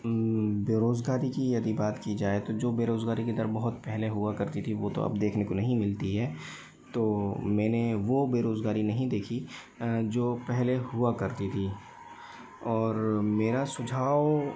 बेरोजगारी की यदि बात की जाए तो जो बेरोजगारी की दर बहुत पहले हुआ करती थी वो तो अब देखने को नहीं मिलती है तो मैंने वो बेरोजगारी नहीं देखी जो पहले हुआ करती थी और मेरा सुझाव